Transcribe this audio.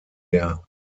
der